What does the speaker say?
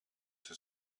zur